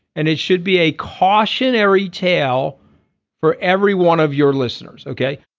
and it should be a cautionary tale for every one of your listeners. ok.